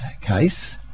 case